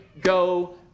go